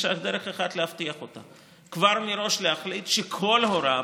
יש רק דרך אחת להבטיח אותה: להחליט כבר מראש שכל הוראה